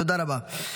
תודה רבה.